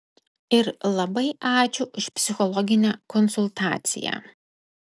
ir labai ačiū už psichologinę konsultaciją